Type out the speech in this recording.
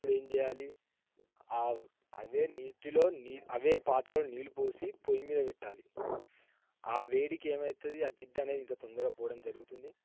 అప్పుడు ఏం చేయాలి అవే నీటిలో అవే పాత్రలో నీళ్ళు పోసి పొయ్యిమీద పెట్టాలి ఆ వేడికి ఏమవుతుంది ఆ జిడ్డు అనేది ఇంకా తొందరగా పోవడం జరుగుతుంది